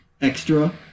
extra